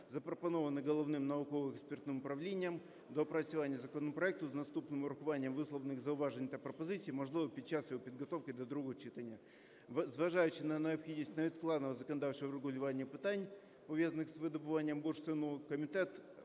запропоноване Головним науково-експертним управлінням доопрацювання законопроекту з наступним врахуванням висловлених зауважень та пропозицій можливе під час його підготовки до другого читання. Зважаючи на необхідність невідкладного законодавчого врегулювання питань, пов'язаних з видобуванням бурштину, комітет